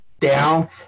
down